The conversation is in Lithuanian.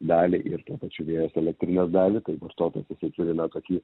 dalį ir tuo pačiu vėjos elektrinės dalį tai vartotojas jisai turi na tokį